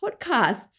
podcasts